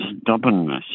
stubbornness